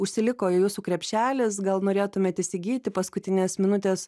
užsiliko jūsų krepšelis gal norėtumėt įsigyti paskutinės minutės